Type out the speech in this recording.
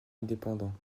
indépendant